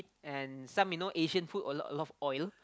and some you know Asian food a lot a lot of oil